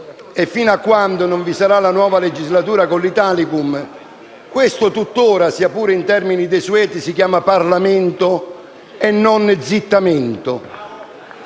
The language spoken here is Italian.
e fino a quando non vi sarà la nuova legislatura con l'Italicum, questo, sia pur in termini desueti, si chiama tuttora Parlamento e non "zittamento".